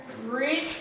Reach